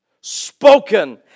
Spoken